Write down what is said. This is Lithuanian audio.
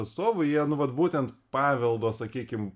atstovų jie nu vat būtent paveldo sakykim